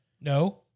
No